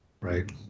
Right